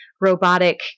robotic